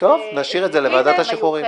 זה --- נשאיר את זה לוועדת השחרורים.